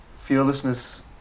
fearlessness